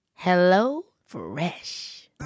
HelloFresh